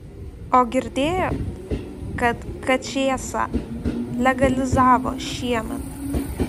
o girdėjot kad kačėsą legalizavo šiemet